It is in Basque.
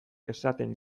esaten